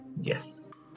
Yes